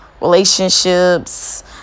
relationships